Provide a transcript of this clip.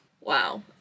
Wow